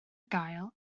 gael